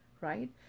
right